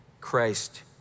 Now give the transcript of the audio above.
Christ